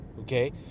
okay